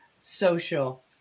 social